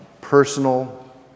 personal